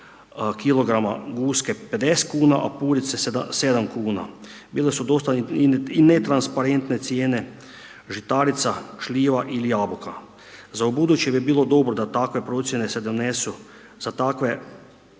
kilograma guske 50 kuna, a purice 7 kuna, bile su dosta i netransparentne cijene žitarica, šljiva ili jabuka. Za ubuduće bi bilo dobro da takve procjene se donesu, za takve